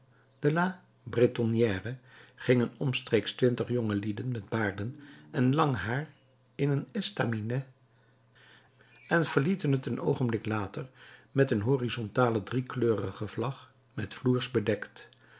bretonnerie gingen omstreeks twintig jongelieden met baarden en lang haar in een estaminet en verlieten het een oogenblik later met een horizontale driekleurige vlag met floers